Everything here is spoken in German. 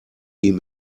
ihm